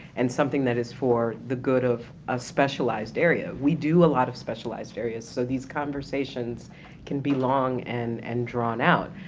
and something that is for the good of a specialized area. we do a lot of specialized areas, so these conversations can be long an-and and and drawn out,